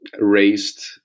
raised